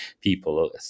people